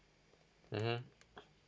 mmhmm